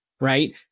right